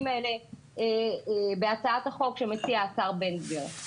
האלה בהצעת החוק שמציע השר בן גביר.